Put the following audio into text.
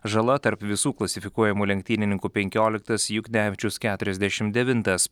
žala tarp visų klasifikuojamų lenktynininkų penkioliktas juknevičius keturiasdešim devintas